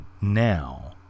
now